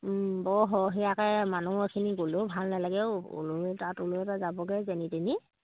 বৰ সৰহীয়াকৈ মানুহ এখিনি গ'লেও ভাল নালাগে অ' অলৈ এটা তলৈ এটা যাবগৈ যেনি তেনি